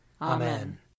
Amen